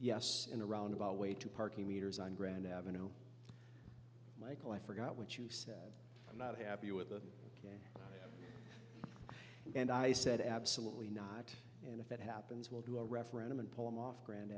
yes in a roundabout way to parking meters on grand avenue michael i forgot what you said i'm not happy with it and i said absolutely not and if it happens we'll do a referendum and pull him off grand